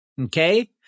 Okay